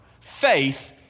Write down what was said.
Faith